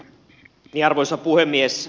arvoisa puhemies